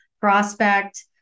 prospect